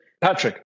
Patrick